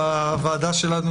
ובעקבות הלכה של בית